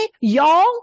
y'all